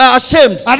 ashamed